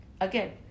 Again